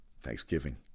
Thanksgiving